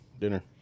dinner